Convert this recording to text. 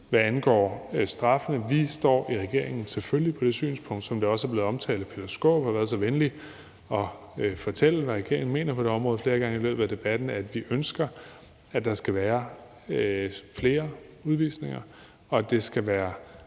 hvad angår straffene, sige, at vi i regeringen selvfølgelig står på det synspunkt, som det også er blevet omtalt – hr. Peter Skaarup har været så venlig at fortælle, hvad regeringen mener på det område flere gange i løbet af debatten – at vi ønsker, at der skal være flere udvisninger, og at det skal være